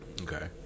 Okay